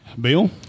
Bill